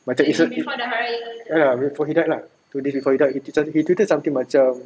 macam it's a ya lah before he died lah two days before he died he tweeted something macam